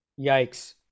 Yikes